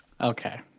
Okay